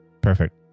Perfect